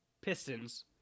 pistons